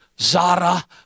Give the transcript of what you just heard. Zara